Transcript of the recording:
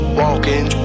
walking